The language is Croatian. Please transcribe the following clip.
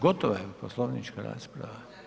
Gotova je poslovnička rasprava.